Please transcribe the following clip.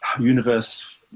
universe